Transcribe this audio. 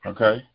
Okay